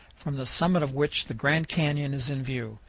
from the summit of which the grand canyon is in view.